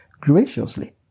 Graciously